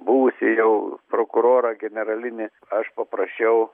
buvusį jau prokurorą generalinį aš paprašiau